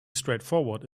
straightforward